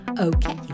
Okay